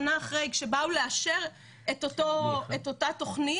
שנה אחרי כשבאו לאשר את אותה תוכנית,